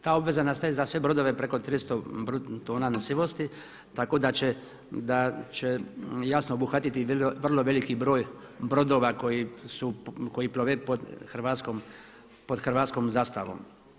Ta obveza nastaje za sve brodove preko 300 tona nosivosti, tako da će jasno obuhvatiti i vrlo veliki broj brodova koji plove pod hrvatskom zastavom.